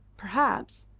perhaps,